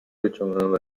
wyciągnąłem